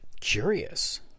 curious